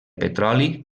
petroli